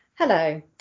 Hello